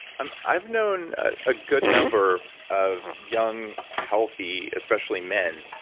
and i've known a good number of young, healthy, especially men,